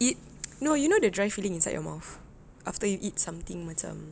it no you know the dry feeling inside your mouth after you eat something macam